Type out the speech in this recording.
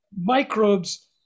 microbes